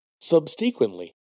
Subsequently